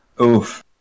Oof